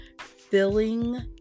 filling